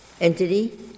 entity